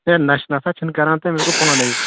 یے نشہٕ نہ سا چھُ نہٕ کران تہٕ أمِس گوو پانے